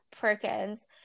Perkins